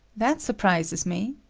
that surprises me.